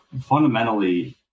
fundamentally